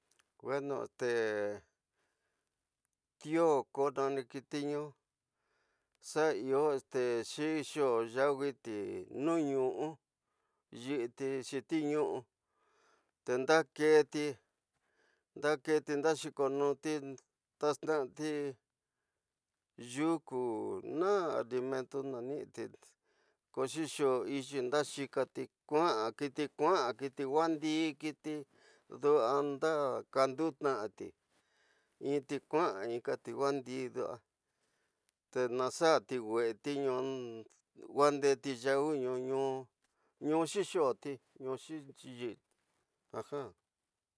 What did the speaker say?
Guenote, tioko nani kiti nu, xa iyo xixo yawiti nu novu yi’i ti xiti iwu te ndaketi, ndaketi ndaxikonutitass i nati yoku, naa alimento nanni ti’o xixo ity, ndaxixati, ku’via kiti kua kiti. Wanda kiti duanda kan dua tiati, kiti kusa inka kiti wanda dua te naxati uese ti nu waudeti yau’ ñu ñu, ñu xi xoti, ñu xi yiiti